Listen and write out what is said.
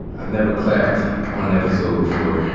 i've never clapped on an episode before,